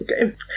Okay